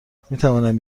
میتوانم